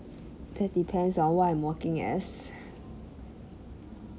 that depends on what I'm working as